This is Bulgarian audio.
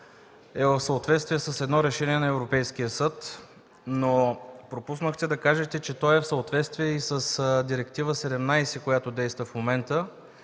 е в съответствие с едно решение на Европейския съд, но пропуснахте да кажете, че то е в съответствие и с Директива 17, която действа в момента